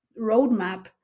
roadmap